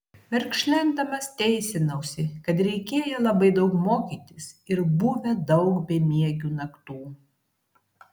verkšlendamas teisinausi kad reikėję labai daug mokytis ir buvę daug bemiegių naktų